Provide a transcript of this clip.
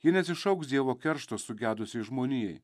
jie neatsišauks dievo keršto sugedusiai žmonijai